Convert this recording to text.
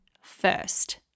first